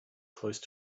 close